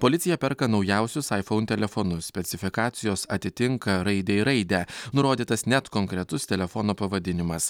policija perka naujausius aifoun telefonus specifikacijos atitinka raidę į raidę nurodytas net konkretus telefono pavadinimas